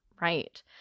right